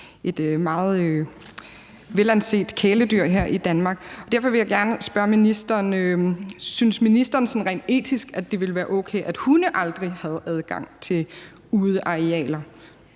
et meget velanset kæledyr her i Danmark. Derfor vil jeg gerne spørge ministeren: Synes ministeren sådan rent etisk, at det ville være okay, at hunde aldrig havde adgang til udearealer?